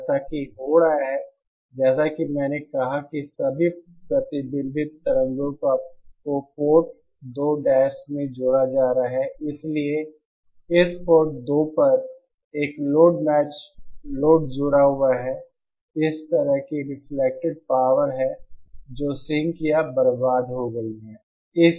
जैसा कि हो रहा है जैसा कि मैंने कहा कि सभी प्रतिबिंबित तरंगों को पोर्ट 2 डैश में जोड़ा जा रहा है इसलिए इस पोर्ट 2 पर एक लोड मैच लोड जुड़ा हुआ है इस तरह की रिफ्लेक्टेड पावर है जो सिंक या बर्बाद हो गई